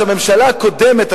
שהממשלה הקודמת,